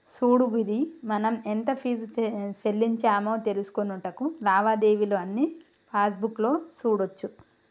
సూడు గిరి మనం ఎంత ఫీజు సెల్లించామో తెలుసుకొనుటకు లావాదేవీలు అన్నీ పాస్బుక్ లో సూడోచ్చు